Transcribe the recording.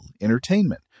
entertainment